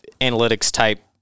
analytics-type